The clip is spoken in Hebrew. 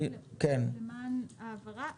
למען ההבהרה